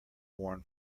worn